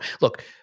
Look